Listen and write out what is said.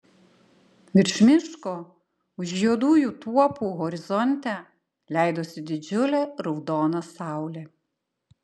virš miško už juodųjų tuopų horizonte leidosi didžiulė raudona saulė